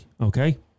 Okay